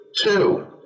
Two